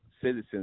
citizens